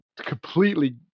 completely